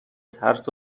ترس